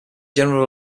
general